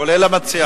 כולל המציע.